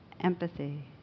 Empathy